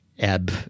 ebb